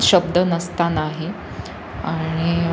शब्द नसतानाही आहे आणि